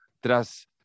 tras